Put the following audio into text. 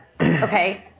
Okay